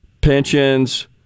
pensions